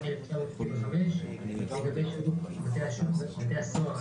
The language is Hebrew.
לגבי שירות בתי הסוהר,